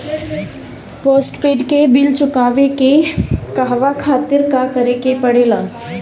Postpaid के bill चुकावे के कहवा खातिर का करे के पड़ें ला?